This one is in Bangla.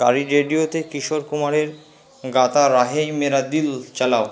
গাড়ির রেডিওতে কিশোর কুমারের গাতা রহে মেরা দিল চালাও